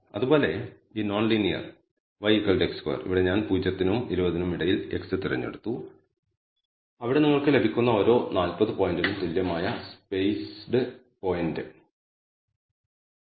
അതുപോലെ ഈ non linear y x2 ഇവിടെ ഞാൻ 0 നും 20 നും ഇടയിൽ x തിരഞ്ഞെടുത്തു അവിടെ നിങ്ങൾക്ക് ലഭിക്കുന്ന ഓരോ 40 പോയിന്റിനും തുല്യമായ സ്പെയ്സ്ഡ് പോയിന്റ് 0